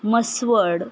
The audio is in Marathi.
म्हसवड